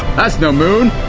that's no moon